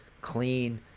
clean